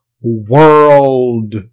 world